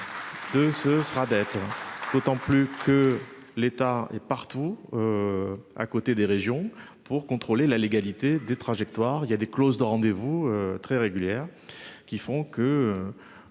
ce sera d'être d'autant plus que l'État est partout. À côté des régions pour contrôler la légalité des trajectoires. Il y a des clauses de rendez-vous très régulière qui font que.